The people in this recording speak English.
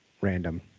random